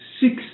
six